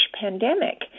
pandemic